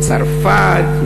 מצרפת,